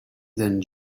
than